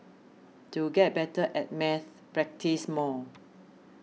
to get better at maths practise more